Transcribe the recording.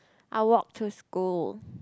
I walk to school